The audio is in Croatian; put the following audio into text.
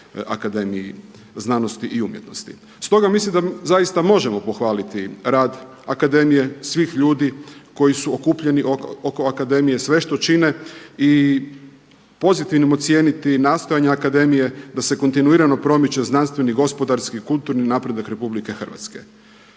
Akademiji znanosti i umjetnosti. Stoga mislim da zaista možemo pohvaliti rad akademije, svih ljudi koji su okupljeni oko akademije, sve što čine i pozitivnim ocijeniti nastojanja akademije da se kontinuirano promiče znanstveni, gospodarski i kulturni napredak Republike Hrvatske.